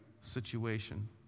situation